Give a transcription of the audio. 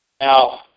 Now